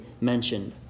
mentioned